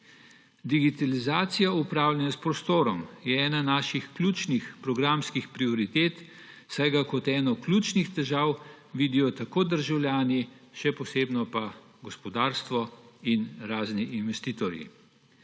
Digitalizacija upravljanja s prostorom je ena naših ključnih programskih prioritet, saj ga kot eno ključnih težav vidijo tako državljani, še posebno pa gospodarstvo in razni investitorji.